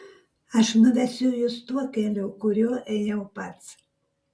aš nuvesiu jus tuo keliu kuriuo ėjau pats